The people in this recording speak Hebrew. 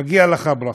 מגיעות לך ברכות.